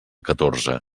catorze